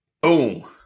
boom